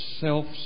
self